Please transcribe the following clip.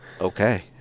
Okay